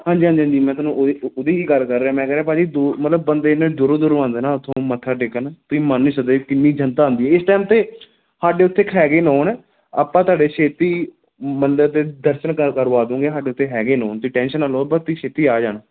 ਹਾਂਜੀ ਹਾਂਜੀ ਹਾਂਜੀ ਮੈਂ ਤੁਹਾਨੂੰ ਉਹਦੀ ਉਹਦੀ ਹੀ ਗੱਲ ਕਰ ਰਿਹਾ ਮੈਂ ਕਹਿ ਰਿਹਾ ਭਾਅ ਜੀ ਮਤਲਬ ਬੰਦੇ ਇੰਨੇ ਦੂਰੋਂ ਦੂਰੋਂ ਆਉਂਦੇ ਨਾ ਉੱਥੋਂ ਮੱਥਾ ਟੇਕਣ ਤੁਸੀਂ ਮੰਨ ਨਹੀਂ ਸਕਦੇ ਕਿੰਨੀ ਜਨਤਾ ਆਉਂਦੀ ਹੈ ਇਸ ਟਾਈਮ 'ਤੇ ਸਾਡੇ ਉੱਥੇ ਇੱਕ ਹੈਗੇ ਨੋਨ ਆਪਾਂ ਤੁਹਾਡੇ ਛੇਤੀ ਮੰਦਰ ਦੇ ਦਰਸ਼ਨ ਕਰ ਕਰਵਾ ਦਊਂਗੇ ਸਾਡੇ ਇੱਥੇ ਹੈਗੇ ਉੱਥੇ ਨੋਨ ਤੁਸੀਂ ਟੈਂਸ਼ਨ ਨਾ ਲਓ ਬੱਸ ਤੁਸੀਂ ਛੇਤੀ ਆ ਜਾਣਾ